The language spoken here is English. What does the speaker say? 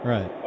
Right